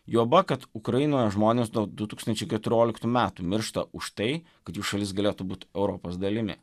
juoba kad ukrainoje žmonės nuo du tūkstančiai keturioliktų metų miršta už tai kad jų šalis galėtų būt europos dalimi